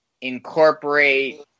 incorporate